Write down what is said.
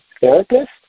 therapist